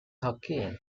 hokkien